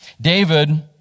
David